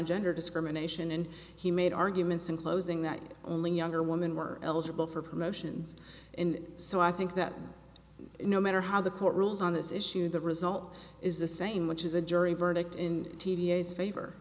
gender discrimination and he made arguments in closing that only younger women were eligible for promotions and so i think that no matter how the court rules on this issue the result is the same which is a jury verdict in t d s favor